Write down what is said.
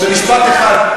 60 שנה, במשפט אחד.